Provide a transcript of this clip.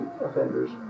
offenders